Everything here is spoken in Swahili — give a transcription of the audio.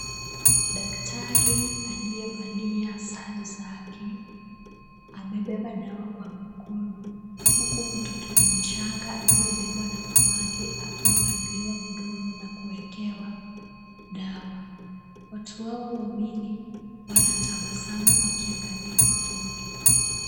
Daktari aliyevalia sare zake, amebeba dawa kwa mkono, huku mtoto mchanga aliyebebwa na mamake akipanuliwa mdomo na kuekewa dawa. Watu wawa wawili wanatabasamu wakiangalia mtoto.